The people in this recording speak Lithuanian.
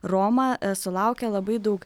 roma sulaukė labai daug